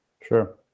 sure